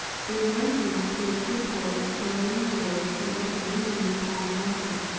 behind him appeared two porters carrying loads done up in indian palm-matting.